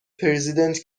پرزیدنت